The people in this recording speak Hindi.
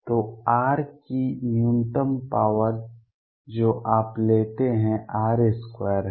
तो r की न्यूनतम पॉवर जो आप लेते हैं r2 है